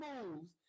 moves